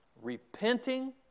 repenting